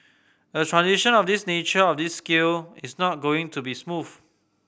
a transition of this nature of this scale is not going to be smooth